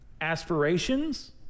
aspirations